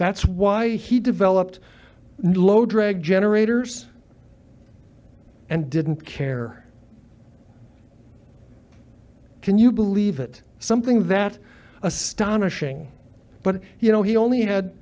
that's why he developed and low drag generators and didn't care can you believe it something that astonishing but you know he only had